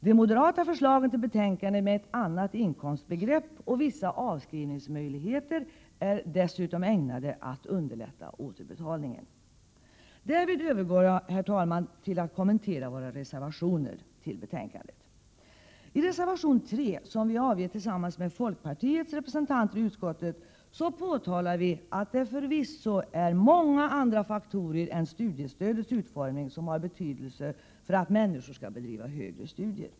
De moderata förslagen i betänkandet med ett annat inkomstbegrepp och vissa avskrivningsmöjligheter är dessutom ägnade att underlätta återbetalningen. Därmed övergår jag, herr talman, till att kommentera våra reservationer till betänkandet. I reservation 3, som vi avgett tillsammans med folkpartiets representanter i utskottet, påpekar vi att det förvisso är många andra faktorer än studiestödets utformning som har betydelse för att människor skall bedriva högre studier.